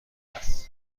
است